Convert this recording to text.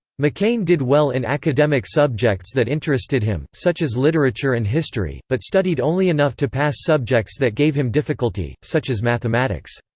mccain did well in academic subjects that interested him, such as literature and history, but studied only enough to pass subjects that gave him difficulty, such as mathematics.